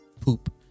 Poop